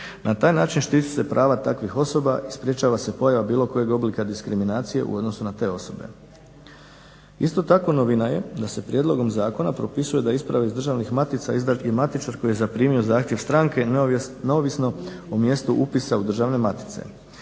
Na taj način štite se prava takvih osoba i sprječava se pojava bilo kojeg oblika diskriminacije u odnosu na te osobe. Isto tako novina je da se prijedlogom zakona propisuje da isprave iz državnih matice izdaje matičar koji je zaprimio zahtjev stranke neovisno o mjestu upisa u državne matice.